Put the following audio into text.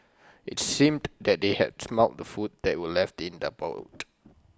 IT seemed that they had smelt the food that were left in the boot